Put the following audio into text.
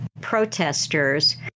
protesters